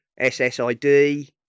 SSID